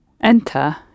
enter